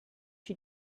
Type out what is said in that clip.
she